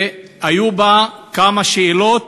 והיו בה כמה שאלות,